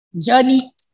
journey